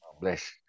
Bless